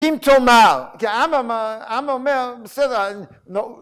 אם תאמר. כי העם אומר בסדר, נו,